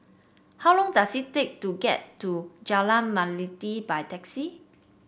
how long does it take to get to Jalan Melati by taxi